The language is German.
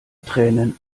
tränen